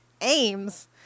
aims